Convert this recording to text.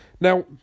Now